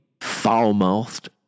foul-mouthed